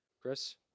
Chris